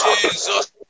Jesus